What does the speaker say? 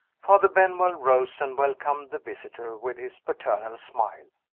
father benwell rose, and welcomed the visitor with his paternal smile.